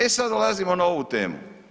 E sada dolazimo na ovu temu.